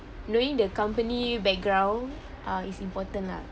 knowing the company background uh is important lah